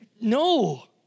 No